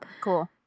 Cool